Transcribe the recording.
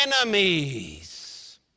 enemies